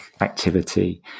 activity